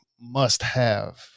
must-have